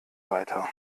weiter